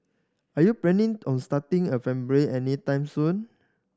are you planning on starting a anytime soon